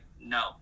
no